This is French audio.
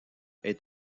est